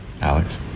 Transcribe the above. Alex